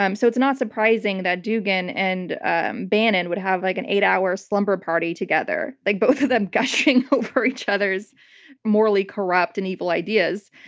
um so it's not surprising that dugin and and bannon would have like an eight hour slumber party together, like both of them gushing over each other's morally corrupt and evil ideas.